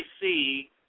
see